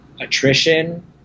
attrition